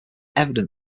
evident